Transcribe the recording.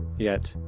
yet,